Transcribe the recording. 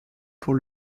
pour